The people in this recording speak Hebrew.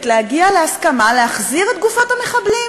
להגיע להסכמה להחזיר את גופות המחבלים.